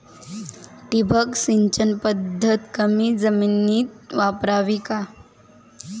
ठिबक सिंचन पद्धत कमी जमिनीत वापरावी का?